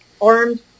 armed